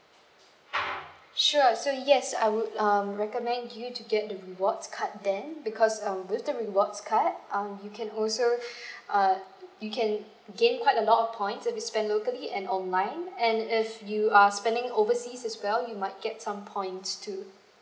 sure so yes I would um recommend you to get the rewards card then because uh with the rewards card um you can also err you can gain quite a lot of points if you spend locally and online and if you are spending overseas as well you might get some points too